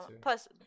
Plus